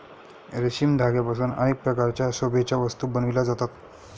रेशमी धाग्यांपासून अनेक प्रकारच्या शोभेच्या वस्तू बनविल्या जातात